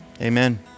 Amen